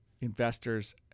investors